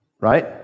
right